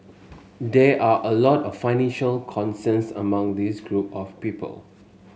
there are a lot of financial concerns among this group of people